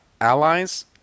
allies